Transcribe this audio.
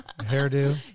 hairdo